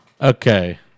Okay